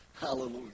hallelujah